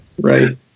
right